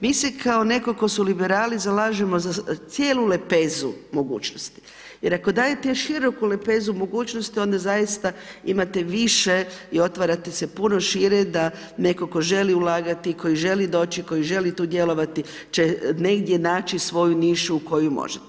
Mi se kao netko tko su liberali, zalažemo za cijelu lepezu mogućnosti, jer ako dajete široku lepezu mogućnosti, onda zaista imate više i otvarate se puno šire da netko tko želi ulagati, koji želi doći, koji želi tu djelovati, će negdje naći svoju nišu u koju možete.